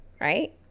Right